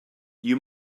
you